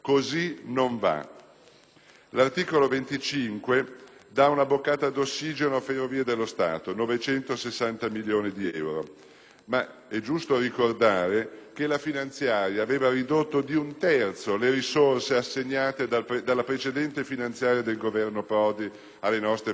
L'articolo 25 dà una boccata d'ossigeno alle Ferrovie dello Stato, con 960 milioni di euro, ma è giusto ricordare che la finanziaria aveva ridotto di un terzo le risorse assegnate dalla precedente finanziaria del Governo Prodi alle nostre ferrovie dello Stato.